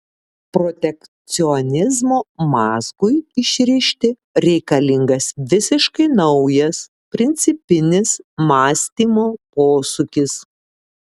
protekcionizmo mazgui išrišti reikalingas visiškai naujas principinis mąstymo posūkis